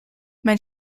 mein